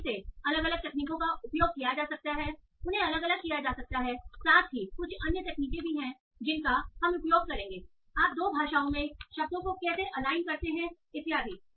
फिर से अलग अलग तकनीकों का उपयोग किया जा सकता है जिन्हें लागू किया जा सकता है साथ ही कुछ अन्य तकनीकें भी हैं जिनका हम उपयोग करेंगेआप दो भाषाओं में शब्दों को कैसे अलाइन करते हैं इत्यादि